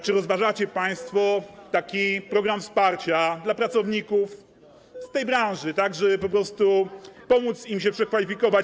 Czy rozważacie państwo taki program wsparcia dla pracowników z tej branży, żeby po prostu pomóc im się przekwalifikować?